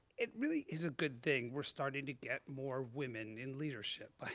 it really is a good thing we're starting to get more women in leadership, i